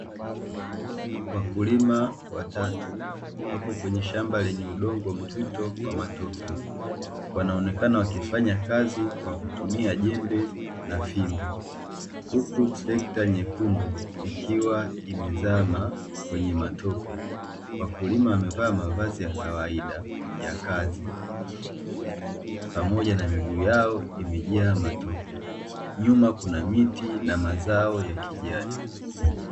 Wakulima watatu wapo kwenye shamba lenye udongo mzito wa matope, wanaonekana wakifanyakazi kwa kutumia jembe na fimbo, huku trekta nyekundu ikiwa limezama kwenye matope. Wakulima wamevaa mavazi ya kawaida ya kazi, pamoja na miguu yao imejaa matope, nyuma kuna miti na mazao ya kijani.